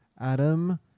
Adam